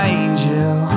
angel